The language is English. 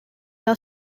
are